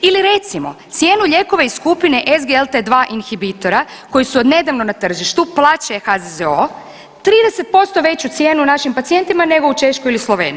Ili recimo, cijenu lijekova iz skupine SGLT2 inhibitora koji su odnedavno na tržištu, plaća je HZZO, 30% veću cijenu našim pacijentima nego u Češkoj ili Sloveniji.